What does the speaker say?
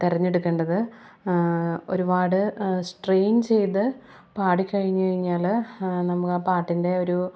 തിരഞ്ഞെടുക്കേണ്ടത് ഒരുപാട് സ്ട്രെയിൻ ചെയ്ത് പാടി കഴിഞ്ഞ് കഴിഞ്ഞാല് നമുക്ക് ആ പാട്ടിൻ്റെ ഒരു